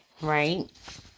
right